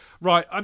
Right